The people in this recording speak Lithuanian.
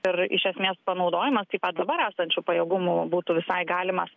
ir iš esmės panaudojimas taip pat dabar esančių pajėgumų būtų visai galimas